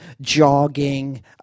jogging